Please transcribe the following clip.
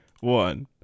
one